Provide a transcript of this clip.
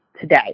today